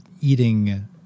eating